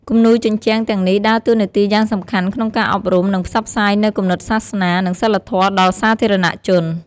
គំនូរជញ្ជាំងទាំងនេះដើរតួនាទីយ៉ាងសំខាន់ក្នុងការអប់រំ និងផ្សព្វផ្សាយនូវគំនិតសាសនា និងសីលធម៌ដល់សាធារណជន។